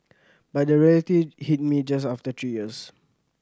but the reality hit me just after three years